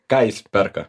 ką jis perka